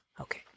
Okay